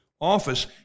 office